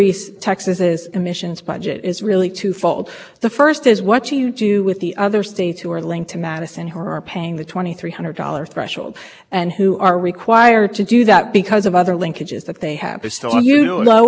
can't reduce one without pulling one below attainment pulling the other below attainment then you have to keep with the higher number and that would be the case of those other hypothetical states you're talking about who are linked to madison they have to sta